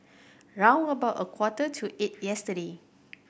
round about a quarter to eight yesterday